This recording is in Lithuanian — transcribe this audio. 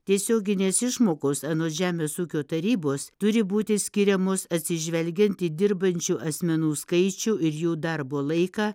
tiesioginės išmokos anot žemės ūkio tarybos turi būti skiriamos atsižvelgiant į dirbančių asmenų skaičių ir jų darbo laiką